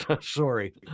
sorry